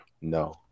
No